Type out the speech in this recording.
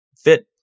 fit